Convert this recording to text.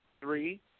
three